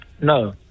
No